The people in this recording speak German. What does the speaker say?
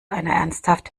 ernsthaft